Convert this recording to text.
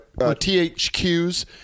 THQ's